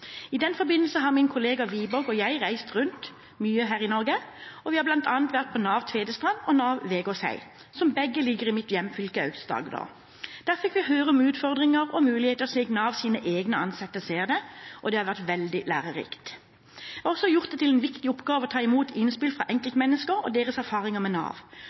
I den forbindelse har min kollega Wiborg og jeg reist mye rundt her i Norge. Vi har bl.a. vært på NAV Tvedestrand og NAV Vegårshei, som begge ligger i mitt hjemfylke, Aust-Agder. Der fikk vi høre om utfordringer og muligheter slik Navs egne ansatte ser det, og det har vært veldig lærerikt. Jeg har også gjort det til en viktig oppgave å ta imot innspill fra enkeltmennesker og deres erfaring med Nav.